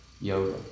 yoga